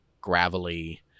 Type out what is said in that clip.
gravelly